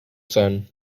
sun